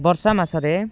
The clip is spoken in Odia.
ବର୍ଷା ମାସରେ